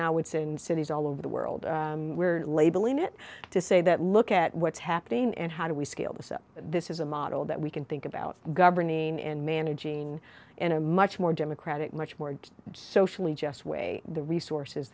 now it's in cities all over the world labeling it to say that look at what's happening and how do we scale this up this is a model that we can think about governing and managing in a much more democratic much more socially just way the resources